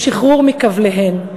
לשחרורן מכבליהן.